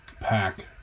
pack